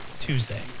Tuesday